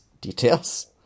details